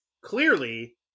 Clearly